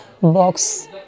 box